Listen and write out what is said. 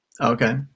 okay